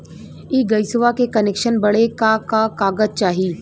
इ गइसवा के कनेक्सन बड़े का का कागज चाही?